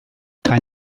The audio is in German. kein